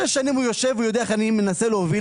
שש שנים הוא יושב והוא יודע איך אני מנסה להוביל